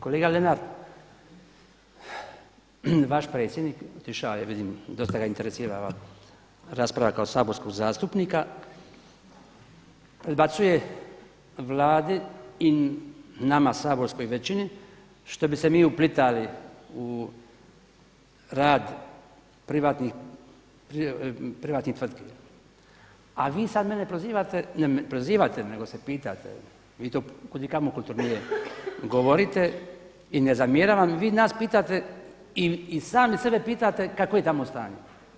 Kolega Lenart, vaš predsjednik, otišao je vidim dosta ga interesira ova rasprava kao saborskog zastupnika, predbacuje Vladi i nama saborskoj većini što bi se mi uplitali u rad privatnih tvrtki, a vi sada mene prozivate, ne prozivate nego se pitate, vi to kud i kamo kulturnije govorite i ne zatjeravam vam vi nas pitate i sami sebe pitate kako je tamo stanje.